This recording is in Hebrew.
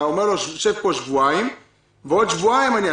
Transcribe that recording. אתה אומר לו: שב פה שבועיים ועוד שבועיים אני אחקור,